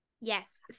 Yes